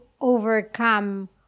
overcome